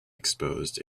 exposed